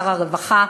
שר הרווחה,